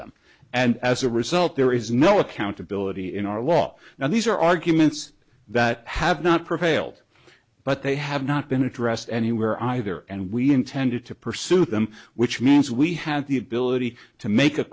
them and as a result there is no accountability in our law now these are arguments that have not prevailed but they have not been addressed anywhere either and we intended to pursue them which means we have the ability to make a